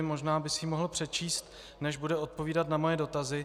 Možná by si ji mohl přečíst, než bude odpovídat na moje dotazy.